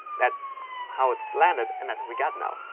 that's how it landed. and that's what we've got now.